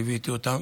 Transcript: ליוויתי אותה.